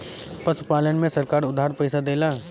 पशुपालन में सरकार उधार पइसा देला?